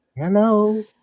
Hello